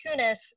Kunis